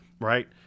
right